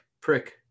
prick